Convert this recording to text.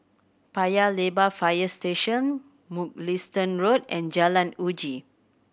Paya Lebar Fire Station Mugliston Road and Jalan Uji